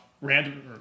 random